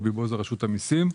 רשות המיסים.